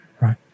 Right